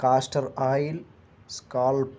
castor oil scalp